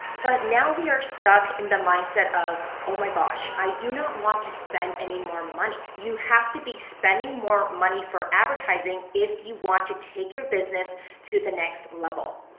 but now we are stuck in the mindset of, oh my gosh, i do not want to spend any more money. you have to be spending more money for advertising if you want to take your business to the next level.